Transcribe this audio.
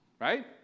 Right